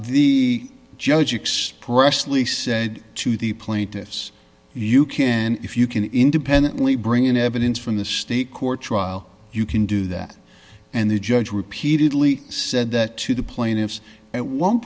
the judge expressed lee said to the plaintiffs you can if you can independently bring in evidence from the state court trial you can do that and the judge repeatedly said that to the plaintiffs at one